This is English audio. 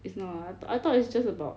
it's not I thought it's just about